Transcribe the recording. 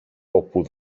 όπου